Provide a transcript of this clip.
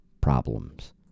problems